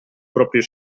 proprio